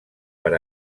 per